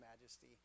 majesty